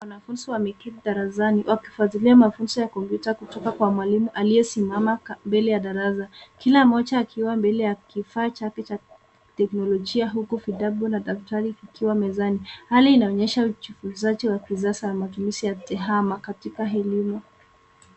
Wanafunzi wameketi darasani, wakifuatilia mafunzo ya kompyuta kutoka kwa mwalimu aliyesimama mbele ya darasa. Kila moja akiwa mbele ya kifaa chake cha kiteknolojia huku vitabu na daftari vikiwa mezani .Hali hii inaonyesha ujifunzaji wa kisasa wa matumizi ya tiama katika elimu.